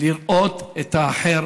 לראות את האחר